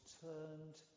turned